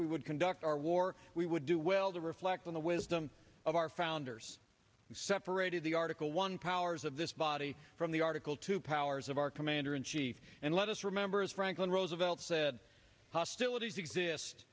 we would conduct our war we would do well to reflect on the wisdom of our founders separated the article one powers of this body from the article two powers of our commander in chief and let us remember as franklin roosevelt said hostilities exist